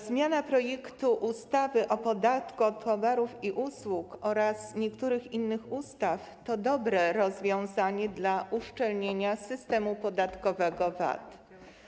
Zmiana projektu ustawy o podatku od towarów i usług oraz niektórych innych ustaw to dobre rozwiązanie dla uszczelnienia systemu podatkowego VAT.